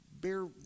bear